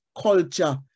culture